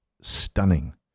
stunning